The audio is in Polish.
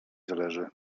zależy